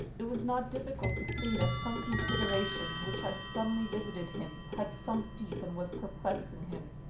it was not difficult to see that some considera tion, which had suddenly visited him, had sunk deep and was perplexing him.